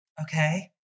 Okay